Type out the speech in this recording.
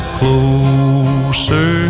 closer